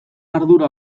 ardura